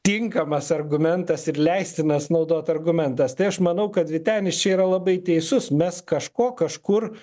tinkamas argumentas ir leistinas naudot argumentas tai aš manau kad vytenis čia yra labai teisus mes kažko kažkur